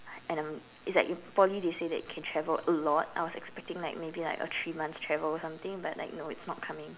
and I'm it's like in Poly they say that you can travel a lot I was expecting like maybe like a three months travel or something but like no it's not coming